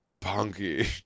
Punky